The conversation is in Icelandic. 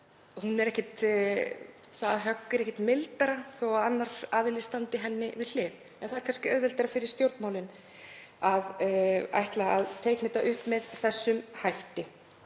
sé högg og það högg er ekkert mildara þó að annar aðili standa henni við hlið. En það er kannski auðveldara fyrir stjórnmálin að ætla að teikna þetta upp með þessum hætti.